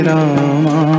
Rama